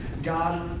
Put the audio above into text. God